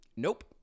nope